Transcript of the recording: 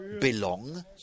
belong